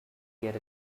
get